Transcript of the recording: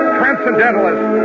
transcendentalist